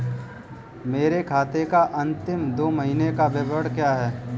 मेरे खाते का अंतिम दो महीने का विवरण क्या है?